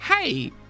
Hey